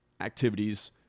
activities